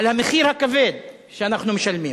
על המחיר הכבד שאנחנו משלמים.